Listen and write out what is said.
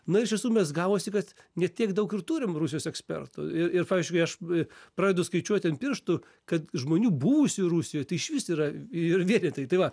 na iš tiesų mes gavosi kad ne tiek daug ir turim rusijos ekspertų ir ir ir pavyzdžiui kai aš pradedu skaičiuoti ant pirštų kad žmonių buvusių rusijoj tai išvis yra yra vienetai tai va